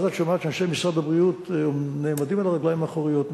ואז את שומעת שאנשי משרד הבריאות נעמדים על הרגליים האחוריות,